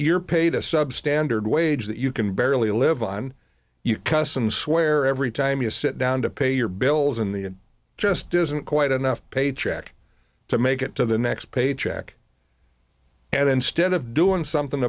you're paid a substandard wage that you can barely live on you customs where every time you sit down to pay your bills in the end just isn't quite enough paycheck to make it to the next paycheck and instead of doing something